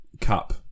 cup